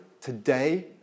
today